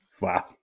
Wow